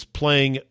playing